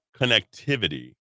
connectivity